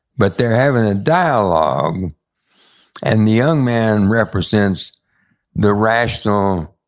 but they're having a dialogue and the young man represents the rational,